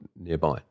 nearby